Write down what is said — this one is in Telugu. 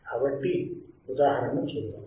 కాబట్టి ఉదాహరణ చూద్దాం